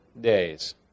days